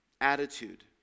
attitude